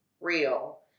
real